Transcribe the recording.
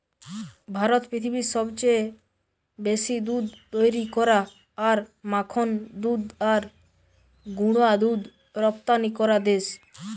ভারত পৃথিবীর সবচেয়ে বেশি দুধ তৈরী করা আর মাখন দুধ আর গুঁড়া দুধ রপ্তানি করা দেশ